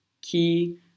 key